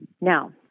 Now